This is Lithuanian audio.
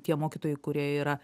tie mokytojai kurie yra